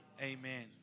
amen